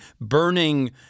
burning